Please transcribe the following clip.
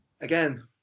again